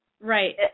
Right